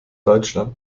deutschland